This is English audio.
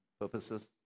purposes